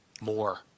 more